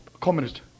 communist